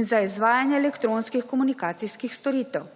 in za izvajanje elektronskih komunikacijskih storitev.